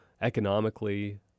economically